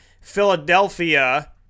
Philadelphia